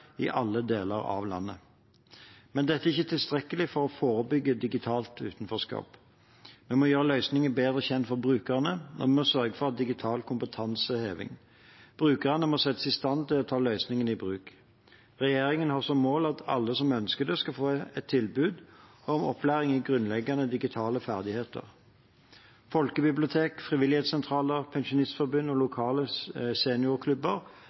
i alle deler av landet. Men dette er ikke tilstrekkelig for å forebygge digitalt utenforskap. Vi må gjøre løsningene bedre kjent for brukerne, og vi må sørge for digital kompetanseheving. Brukerne må settes i stand til å ta løsningene i bruk. Regjeringen har som mål at alle som ønsker det, skal få et tilbud om opplæring i grunnleggende digitale ferdigheter. Folkebibliotek, frivilligsentraler, pensjonistforbund og lokale seniorklubber